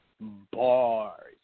bars